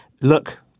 look –